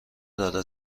داره